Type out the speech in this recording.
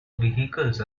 vehicles